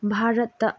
ꯚꯥꯔꯠꯇ